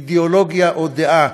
אידיאולוגיה או דעה.